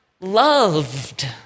loved